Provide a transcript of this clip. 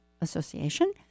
Association